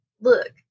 look